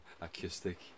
acoustic